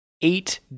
eight